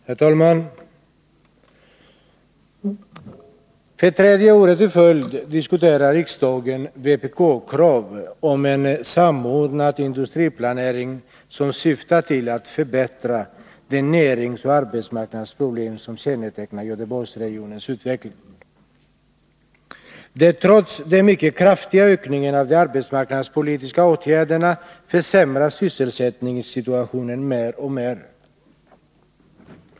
Herr talman! För tredje året i följd diskuterar riksdagen vpk-krav på en samordnad industriplanering, som syftar till att angripa de näringsoch arbetsmarknadsproblem som kännetecknar Göteborgsregionens utveckling. Trots den mycket kraftiga ökningen av de arbetsmarknadspolitiska åtgärderna försämras sysselsättningssituationen där mer och mer.